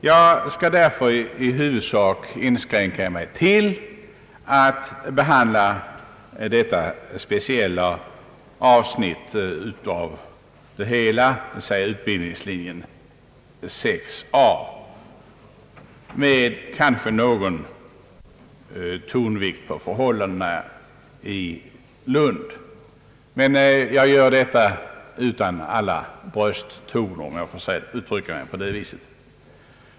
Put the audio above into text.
Jag skall därför nu i huvudsak inskränka mig till att behandla ett speciellt avsnitt av hela det framlagda förslaget, nämligen utbildningslinjen 6 a — kanske med någon tonvikt på förhållandena i Lund — men jag gör det utan alla brösttoner, om jag får använda det uttrycket.